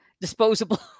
disposable